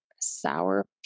Sour